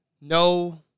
No